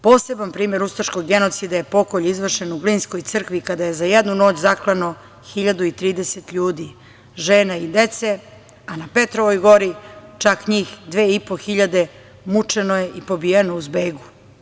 Poseban primer ustaškog genocida je pokolj izvršen u glinskoj crkvi kada je za jednu noć zaklano 1.030 ljudi, žena i dece, a na Petrovoj Gori čak njih 2.500 mučeno je i pobijeno u zbegu.